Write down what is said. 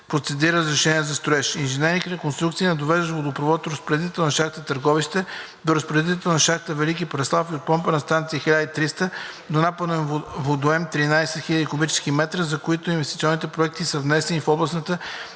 процедира разрешение за строеж; „Инженеринг – реконструкция на довеждащ водопровод от разпределителна шахта „Търговище“ до разпределителна шахта „Велики Преслав“ и от помпена станция „1300“ до напорен водоем „13 хил. куб. м“, за който инвестиционните проекти са внесени в Областната